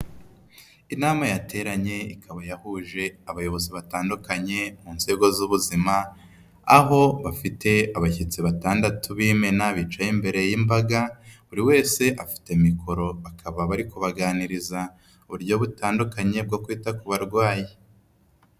Inama yateranye ikaba yahuje abayobozi batandukanye mu nzego z'ubuzima aho bafite abashyitsi batandatu b'imena bicaye imbere y'imbaga, buri wese afite mikoro bakaba bari kubaganiriza uburyo butandukanye bwo kwita ku barwayi.